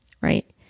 Right